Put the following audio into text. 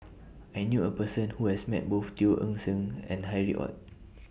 I knew A Person Who has Met Both Teo Eng Seng and Harry ORD